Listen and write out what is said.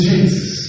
Jesus